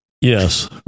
Yes